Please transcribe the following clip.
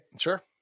sure